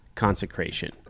Consecration